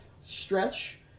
Stretch